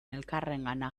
elkarrengana